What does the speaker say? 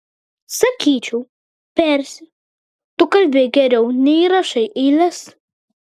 sakyčiau persi tu kalbi geriau nei rašai eiles